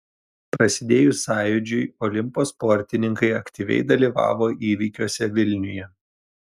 prasidėjus sąjūdžiui olimpo sportininkai aktyviai dalyvavo įvykiuose vilniuje